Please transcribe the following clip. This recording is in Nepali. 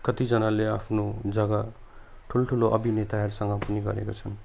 कतिजनाले आफ्नो जग्गा ठुलो ठुलो अभिनेताहरूसँग पनि गरेको छन्